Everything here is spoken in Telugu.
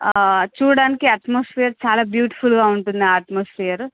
చూడడానికి అట్మాస్పియర్ చాలా బ్యూటిఫుల్గా ఉంటుంది ఆ అట్మాస్పియర్